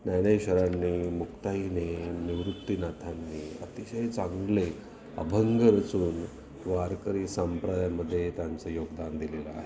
ज्ञानेश्वरांनी मुक्ताईने निवृत्तीनाथांनी अतिशय चांगले अभंग रचून वारकरी संप्रदायामध्ये त्यांचं योगदान दिलेलं आहे